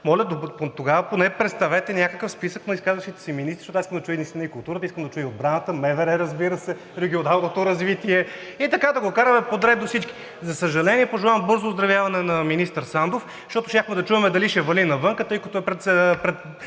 моля тогава, поне представете някакъв списък на изказващите се министри, защото аз искам да чуя министъра на културата, искам да чуя Отбраната, МВР, разбира се, Регионалното развитие и така да го караме подред до всички. За съжаление, пожелавам бързо оздравяване на министър Сандов, защото щяхме да чуем дали ще вали навън,